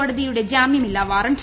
കോടതിയുടെ ജാമ്യമില്ലാ വാറണ്ട്